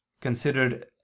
considered